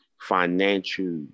financial